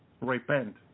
repent